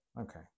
Okay